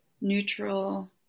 neutral